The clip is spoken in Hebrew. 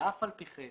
אף על פי כן